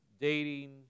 dating